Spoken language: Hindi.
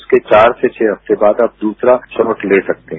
उसके चार से छह हफ्ते बाद आप दूसरा स्लॉट ले सकते हैं